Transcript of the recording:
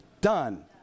Done